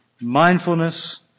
mindfulness